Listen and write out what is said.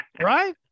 right